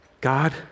God